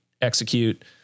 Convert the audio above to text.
execute